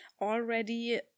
already